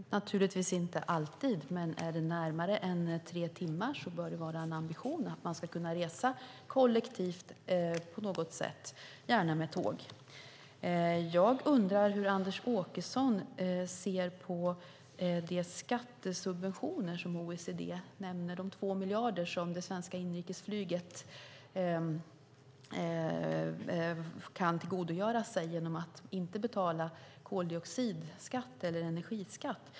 Herr talman! Naturligtvis inte alltid, men är det närmare än tre timmar bör ambitionen vara att man på något sätt kan resa kollektivt, gärna med tåg. Jag undrar hur Anders Åkesson ser på de skattesubventioner som OECD nämner, de 2 miljarder som det svenska inrikesflyget kan tillgodogöra sig genom att inte betala koldioxidskatt eller energiskatt.